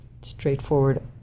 straightforward